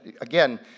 Again